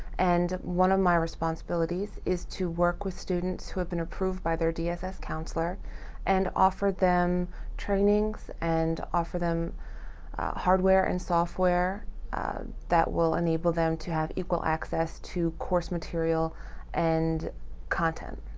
and one of my responsibilities is to work with students who have been approved by their dss counselor and offer them trainings and offer them hardware and software that will enable them to have equal access to course material and content.